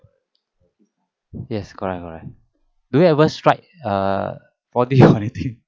yes correct correct do you ever strike err four D or anything